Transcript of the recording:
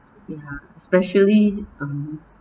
ya especially um